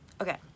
Okay